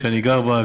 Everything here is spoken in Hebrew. העיר שאני גר בה,